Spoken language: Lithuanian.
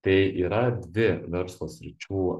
tai yra dvi verslo sričių